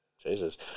Jesus